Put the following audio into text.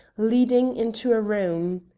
leading into a room.